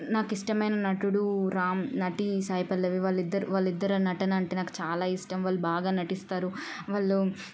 నాకిష్టమైన నటుడు రామ్ నటి సాయిపల్లవి వాళ్ళిద్దరు వాళ్ళిద్దరి నటనంటే నాకు చాలా ఇష్టం వాళ్ళు బాగా నటిస్తారు వాళ్ళు